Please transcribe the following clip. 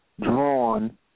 drawn